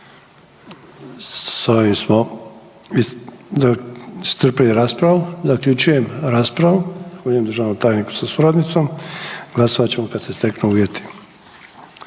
S ovim smo iscrpili raspravu. Zaključuje raspravu. Zahvaljujem državnom tajniku sa suradnicom, glasovat ćemo kad se steknu uvjeti.